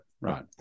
Right